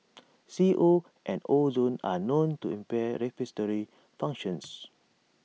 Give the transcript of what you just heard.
C O and ozone are known to impair functions